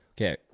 Okay